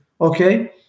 Okay